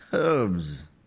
Herbs